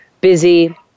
busy